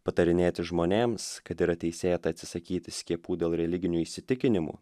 patarinėti žmonėms kad yra teisėta atsisakyti skiepų dėl religinių įsitikinimų